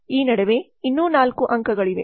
ಈ ನಡುವೆ ಇನ್ನೂ 4 ಅಂಕಗಳಿವೆ